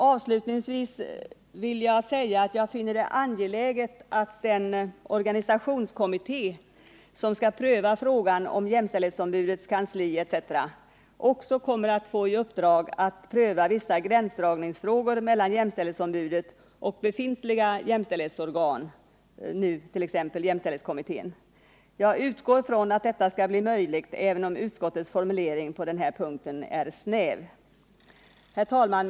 Avslutningsvis vill jag säga att jag finner det angeläget att den organisationskommitté som skall pröva frågan om jämställdhetsombudets kansli etc. också kommer att få i uppdrag att pröva vissa frågor om gränsdragningen mellan jämställdhetsombudet och befintliga jämställdhetsorgan, t.ex. jämställdhetskommittén. Jag utgår från att detta skall bli möjligt, även om utskottets formulering på den punkten är snäv. Herr talman!